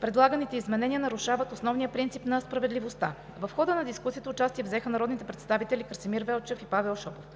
предлаганите изменения нарушават основния принцип на справедливостта. В хода на дискусията участие взеха народните представители Красимир Велчев и Павел Шопов.